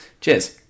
Cheers